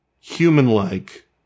human-like